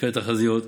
לפי התחזיות,